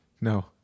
No